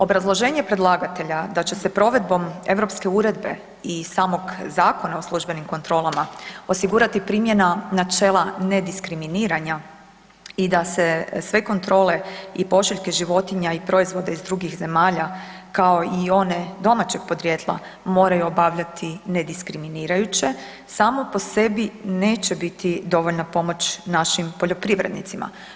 Obrazloženje predlagatelja da će se provedbom europske uredbe i samog Zakona o službenim kontrolama osigurati primjena načela ne diskriminiranja i da se sve kontrole i pošiljke životinja i proizvoda iz drugih zemalja kao i one domaćeg podrijetla moraju obavljati ne diskriminirajuće, samo po sebi neće biti dovoljna pomoć našim poljoprivrednicima.